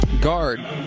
Guard